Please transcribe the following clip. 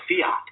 fiat